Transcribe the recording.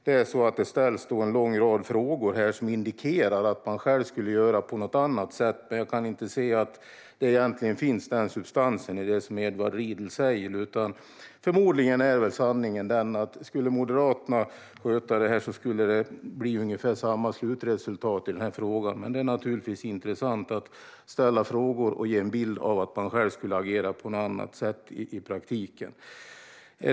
Det ställs en lång rad frågor som indikerar att man själv skulle göra på något annat sätt, men jag kan inte se att det egentligen finns någon sådan substans i det som Edward Riedl säger. Förmodligen är sanningen att det skulle bli ungefär samma slutresultat i denna fråga om Moderaterna skulle sköta det hela. Men det är naturligtvis intressant att ställa frågor och ge en bild av att man själv skulle agera på något annat sätt i praktiken.